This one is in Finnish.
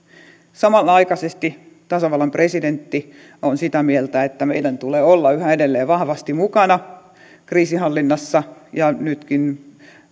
samanaikaisesti tasavallan presidentti on sitä mieltä että meidän tulee olla yhä edelleen vahvasti mukana kriisinhallinnassa ja nytkin